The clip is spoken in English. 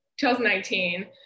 2019